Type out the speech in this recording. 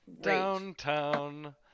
Downtown